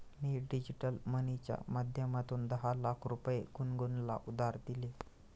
मी digital मनीच्या माध्यमातून दहा लाख रुपये गुनगुनला उधार दिले